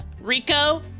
Rico